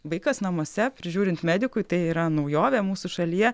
vaikas namuose prižiūrint medikų tai yra naujovė mūsų šalyje